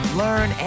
learn